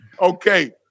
Okay